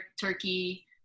turkey